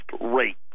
rate